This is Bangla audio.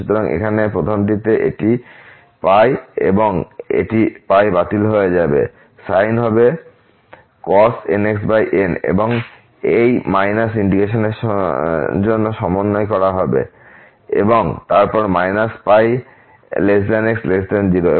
সুতরাং এখানে প্রথমটিতে এটি এবং এটি বাতিল হয়ে যাবে সাইন হবে cos nxn এবং এই ইন্টিগ্রেশনের জন্য সমন্বয় করা হবে এবং তারপর π x 0